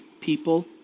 people